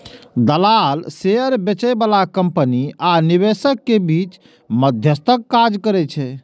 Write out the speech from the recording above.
दलाल शेयर बेचय बला कंपनी आ निवेशक के बीच मध्यस्थक काज करै छै